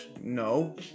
No